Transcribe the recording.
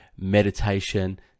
meditation